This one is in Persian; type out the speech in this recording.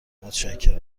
متشکرم